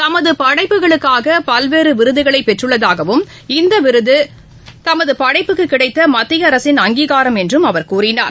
தமதுபடைப்புகளுக்காகபல்வேறுவிருதுகளைபெற்றுள்ளதாகவும் இந்தவிருதுதமதுபடைப்புக்குகிடைத்தமத்தியஅரசின் அங்கீகாரம் என்றும் அவர் கூறினார்